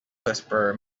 whisperer